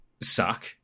suck